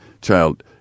child